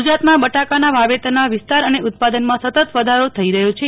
ગુજરાતમાં બટાકાના વાવેતરના વિસ્તાર અને ઉત્પાદનમાં સતત વધારો થઇ રહ્યો છે